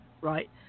right